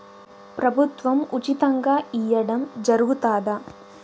ప్రభుత్వం ఉచితంగా ఇయ్యడం జరుగుతాదా?